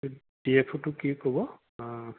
এই D F অ'টোক কি ক'ব অঁ